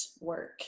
work